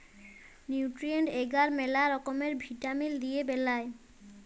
nutrient এগার ম্যালা রকমের ভিটামিল দিয়ে বেলায়